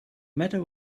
matter